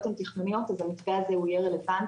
הן תכנוניות אז המתווה הזה הוא יהיה רלוונטי.